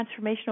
transformational